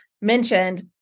mentioned